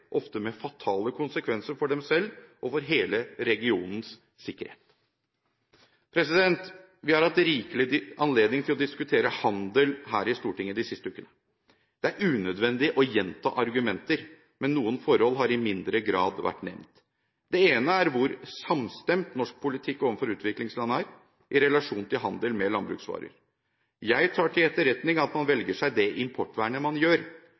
ofte med fatale konsekvenser for dem selv og for hele regionens sikkerhet. Vi har hatt rikelig anledning til å diskutere handel her i Stortinget de siste ukene. Det er unødvendig å gjenta argumenter, men noen forhold har i mindre grad vært nevnt. Det ene er hvor samstemt norsk politikk overfor utviklingsland er i relasjon til handel med landbruksvarer. Jeg tar til etterretning at man velger seg det importvernet man gjør,